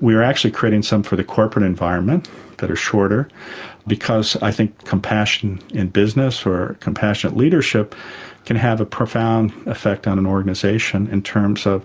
we are actually creating some for the corporate environment that are shorter because i think compassion in business or compassionate leadership can have a profound effect on an organisation in terms of